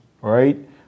right